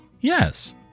Yes